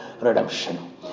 redemption